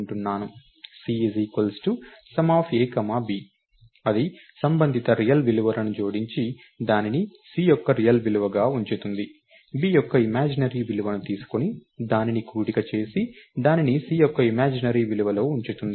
c sumab అది సంబంధిత real విలువలను జోడించి దానిని c యొక్క రియల్ విలువగా ఉంచుతుంది b యొక్క ఇమాజినరీ విలువలను తీసుకుని దానిని కూడిక చేసి దానిని c యొక్క ఇమాజినరీ విలువలో ఉంచుతుంది